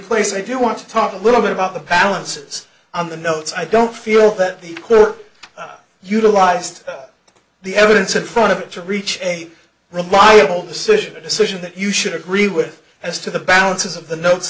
place if you want to talk a little bit about the balances on the notes i don't feel that the court utilized the evidence in front of them to reach a reliable decision a decision that you should agree with as to the balances of the notes